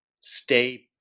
stay